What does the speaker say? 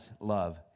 love